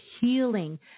healing